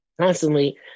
constantly